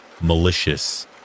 malicious